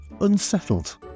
unsettled